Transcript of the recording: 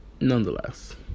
nonetheless